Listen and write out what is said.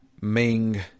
Ming